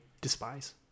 despise